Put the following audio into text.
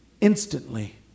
Instantly